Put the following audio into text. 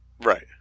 Right